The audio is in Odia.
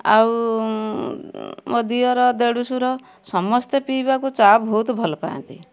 ଆଉ ମୋ ଦିଅର ଦେଢ଼ଶୂର ସମସ୍ତେ ପିଇବାକୁ ଚା ବହୁତ ଭଲ ପାଆନ୍ତି